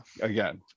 Again